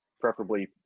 preferably